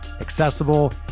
accessible